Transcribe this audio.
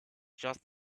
just